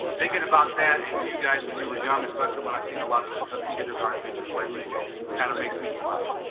thinking about that and you guys when you were young especially when i've seen a lot of the other kindergarten pictures lately kind of makes me smile